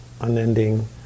unending